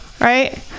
right